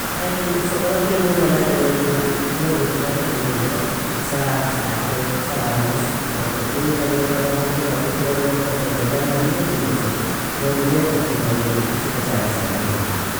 Ay shogholafimun, wala geryafimun, nogintu madbakhin jeliga saa satein saa u nus belkatira, nouganga nadifa, itirang ukacha, jellanga allija, tigosir, nougil weaka kaumun ay jelli ichika shadu shogolahimu.